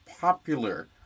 popular